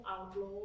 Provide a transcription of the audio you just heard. outlaw